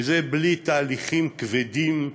וזה בלי תהליכים כבדים,